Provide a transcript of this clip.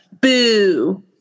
boo